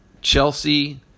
chelsea